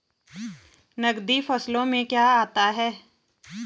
नकदी फसलों में क्या आता है?